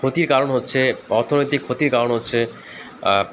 ক্ষতির কারণ হচ্ছে অর্থনৈতিক ক্ষতির কারণ হচ্ছে